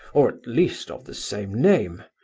or at least of the same name.